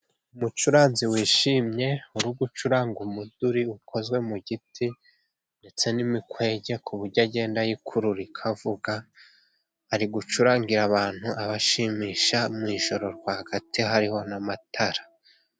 Umucuranzi wishimye ,uri gucuranga umuduri. Ukozwe mu giti ndetse n'imikwege, ku buryo agenda yikurura ikavuga. Ari gucurangira abantu ,abashimisha mu ijoro rwagati, hariho n'amatara.